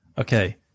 Okay